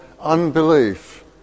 unbelief